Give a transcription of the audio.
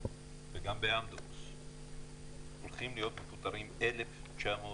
וגם באמדוקס הולכים להיות מפוטרים 1,900